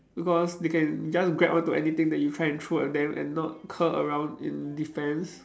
because they can just grab onto anything that you try and throw at them and not curl around in defense